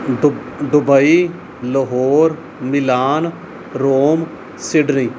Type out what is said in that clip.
ਦੁਬ Dubai Lahore Milan Rome Sydney